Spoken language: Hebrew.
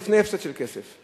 לפני הפסד של כסף,